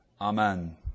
Amen